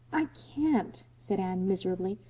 i can't, said anne miserably.